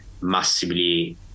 massively